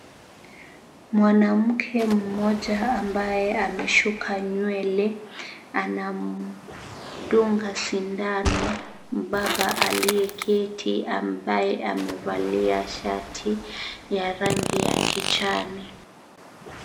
Mwanamke mmoja ambaye ameshuka nywele anamdunga sindano mbaba aliyeketi ambaye amevalia shati ya rangi ya kijani.